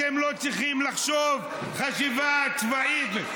אתם לא צריכים לחשוב חשיבה צבאית.